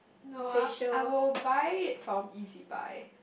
no I I will buy from E_Z-buy